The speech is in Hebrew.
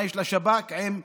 מה יש לשב"כ עם קורונה.